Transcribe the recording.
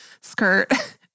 skirt